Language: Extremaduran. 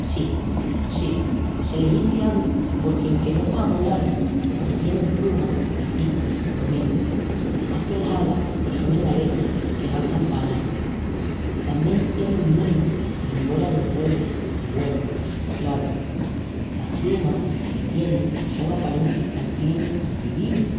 Sí, sí, se l'izi avi porque enque no puea volal pos tienin prumas i picu lo mesmu, más que las alas sonin aletas que gastan pa anal. Tamién tienin ñíus i engoran los güevus i, güenu, craru, las prumas que tienin son aparentis pal climi ondi vivin.